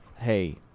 hey